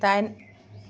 दाइन